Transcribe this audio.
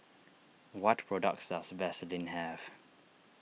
what products does Vaselin have